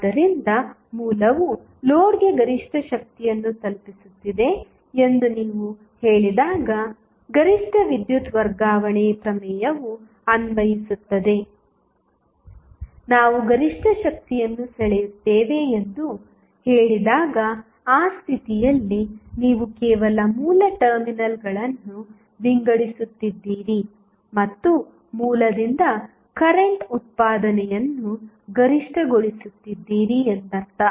ಆದ್ದರಿಂದ ಮೂಲವು ಲೋಡ್ಗೆ ಗರಿಷ್ಠ ಶಕ್ತಿಯನ್ನು ತಲುಪಿಸುತ್ತಿದೆ ಎಂದು ನೀವು ಹೇಳಿದಾಗ ಗರಿಷ್ಠ ವಿದ್ಯುತ್ ವರ್ಗಾವಣೆ ಪ್ರಮೇಯವು ಅನ್ವಯಿಸುತ್ತದೆ ನಾವು ಗರಿಷ್ಠ ಶಕ್ತಿಯನ್ನು ಸೆಳೆಯುತ್ತೇವೆ ಎಂದು ಹೇಳಿದಾಗ ಆ ಸ್ಥಿತಿಯಲ್ಲಿ ನೀವು ಕೇವಲ ಮೂಲ ಟರ್ಮಿನಲ್ಗಳನ್ನು ವಿಂಗಡಿಸುತ್ತಿದ್ದೀರಿ ಮತ್ತು ಮೂಲದಿಂದ ಕರೆಂಟ್ ಉತ್ಪಾದನೆಯನ್ನು ಗರಿಷ್ಠಗೊಳಿಸುತ್ತಿದ್ದೀರಿ ಎಂದರ್ಥ